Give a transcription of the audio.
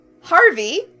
Harvey